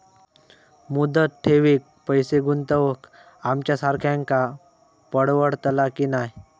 मुदत ठेवीत पैसे गुंतवक आमच्यासारख्यांका परवडतला की नाय?